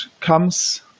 comes